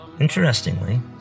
Interestingly